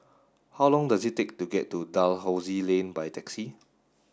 how long does it take to get to Dalhousie Lane by taxi